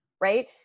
right